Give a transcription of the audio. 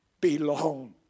belong